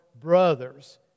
brothers